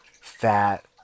fat